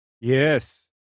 Yes